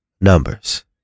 numbers